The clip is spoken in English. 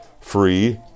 free